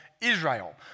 Israel